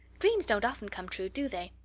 dreams don't often come true, do they?